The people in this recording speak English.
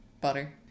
Butter